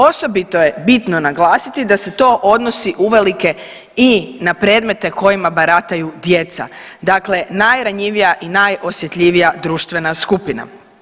Osobito je bitno naglasiti da se to odnosi uvelike i na predmete kojima barataju djeca, dakle najranjivija i najosjetljivija društvena skupina.